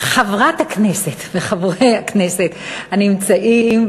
חברת הכנסת וחברי הכנסת הנמצאים,